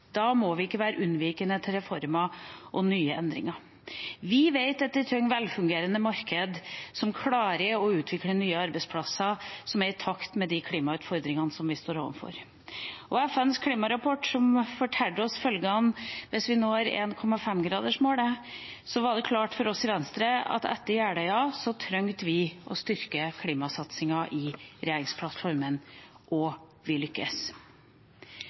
Da må vi ikke være unnvikende overfor reformer og nye endringer. Vi vet at vi trenger velfungerende markeder som klarer å utvikle nye arbeidsplasser som er i takt med de klimautfordringene vi står overfor. Da FNs klimarapport forklarte oss følgene hvis vi ikke når 1,5-gradersmålet, var det klart for oss i Venstre at etter Jeløya trenger vi å styrke klimasatsingen i regjeringsplattformen. Og vi